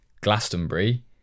Glastonbury